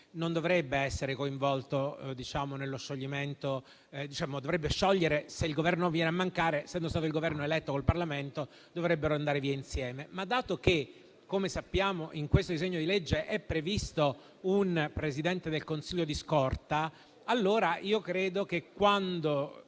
nello scioglimento. Se il Governo viene a mancare, essendo il Governo stato eletto con il Parlamento, dovrebbero andare via insieme. Ma dato che, come sappiamo, in questo disegno di legge è previsto un Presidente del Consiglio di scorta, allora io credo che, quando